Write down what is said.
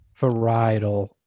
varietal